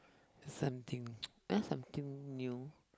something ah something new